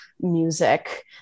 music